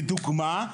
לדוגמה,